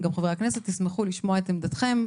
גם חברי הכנסת ישמחו לשמוע את עמדתכם,